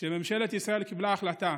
שממשלת ישראל קיבלה החלטה